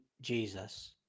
Jesus